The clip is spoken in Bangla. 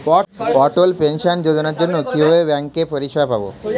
অটল পেনশন যোজনার জন্য কিভাবে ব্যাঙ্কে পরিষেবা পাবো?